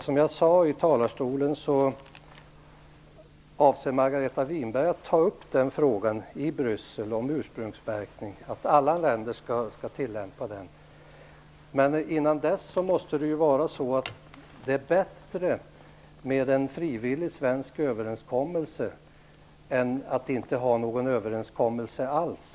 Som jag sade i talarstolen avser Margareta Winberg att ta upp frågan om ursprungsmärkning i Bryssel och att alla länder skall tillämpa en sådan. Men innan dess måste det vara bättre med en frivillig svensk överenskommelse än att inte ha någon överenskommelse alls.